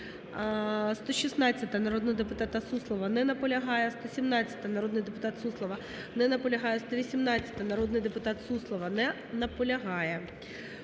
116-а, народний депутат Суслова. Не наполягає. 117-а, народний депутат Суслова. Не наполягає. 118-а, народний депутат Суслова. Не наполягає.